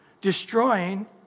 destroying